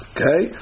Okay